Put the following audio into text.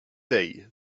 day